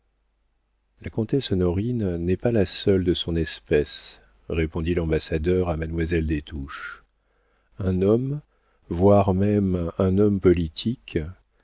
la comtesse honorine n'est pas la seule de son espèce répondit l'ambassadeur à mademoiselle des touches un homme voire même un homme politique